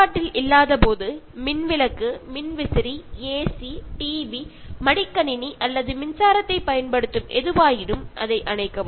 பயன்பாட்டில் இல்லாதபோது மின்விளக்கு மின்விசிறி ஏசி டிவி மடிக்கணினி அல்லது மின்சாரத்தை பயன்படுத்தும் எதுவாயினும் அதை அணைக்கவும்